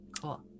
Cool